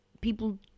people